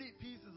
pieces